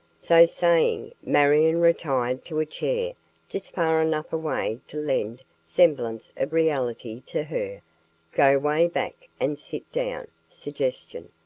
so saying, marion retired to a chair just far enough away to lend semblance of reality to her go way back and sit down suggestion,